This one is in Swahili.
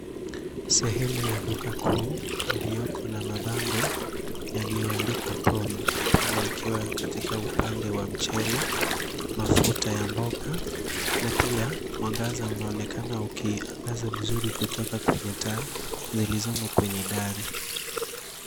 Sehemu ya duka kuu iliyoko na mabando yaliyoandikwa promo promo ikiwa katika upande wa mchele, mafuta ya mboga na pia mwangaza unaonekana ukiangaza vizuri kutoka kwenye taa zilizoko kwenye dari.